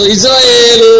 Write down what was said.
Israel